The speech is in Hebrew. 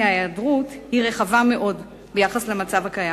ההיעדרות היא רחבה מאוד בהשוואה למצב הקיים,